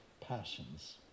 passions